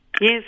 Yes